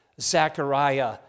Zachariah